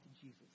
Jesus